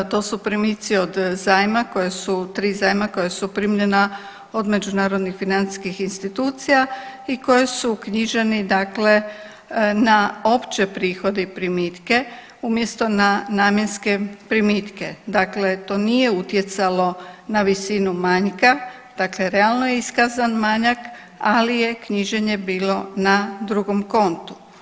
To su primici od zajma koja su, 3 zajma koja su primljena od međunarodnih financijskih institucija i koji su uknjiženi dakle na opće prihode i primitke umjesto na namjenske primitke, dakle to nije utjecalo na visinu manjka, dakle realno je iskazan manjak, ali je knjiženje bilo na drugom kontu.